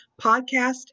podcast